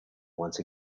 once